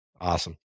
Awesome